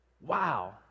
Wow